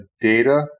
data